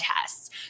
tests